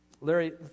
Larry